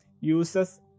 uses